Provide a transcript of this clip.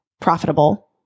profitable